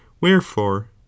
Wherefore